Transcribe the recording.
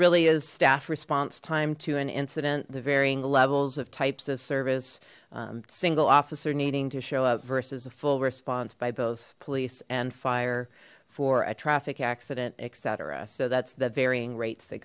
really is staff response time to an incident the varying levels of types of service single officer needing to show up versus a full response by both police and fire for a traffic accident etc so that's the varying rates they